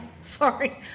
Sorry